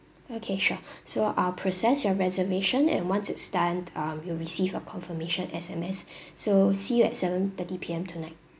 okay sure so I'll process your reservation and once it's done um you'll receive a confirmation S_M_S so see you at seven thirty P_M tonight